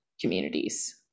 communities